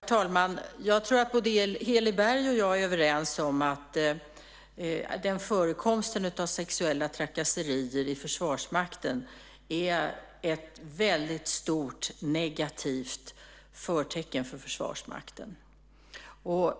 Herr talman! Jag tror att Heli Berg och jag är överens om att förekomsten av sexuella trakasserier inom Försvarsmakten är ett väldigt stort negativt förtecken för Försvarsmakten.